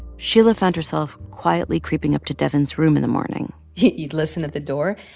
sheila found herself quietly creeping up to devyn's room in the morning you'd listen at the door.